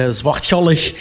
zwartgallig